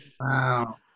Wow